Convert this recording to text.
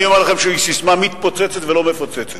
אני אומר לכם שהיא ססמה מתפוצצת ולא מפוצצת.